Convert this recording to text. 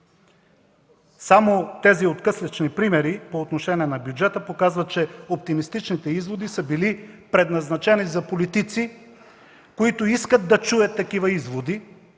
Само тези откъслечни примери по отношение на бюджета показват, че оптимистичните изводи са били предназначени за политици, които искат да чуят такива изводи,